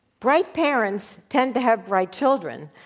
bright parents tend to have bright children,